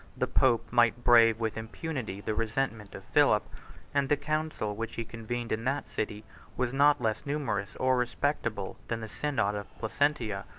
the pope might brave with impunity the resentment of philip and the council which he convened in that city was not less numerous or respectable than the synod of placentia.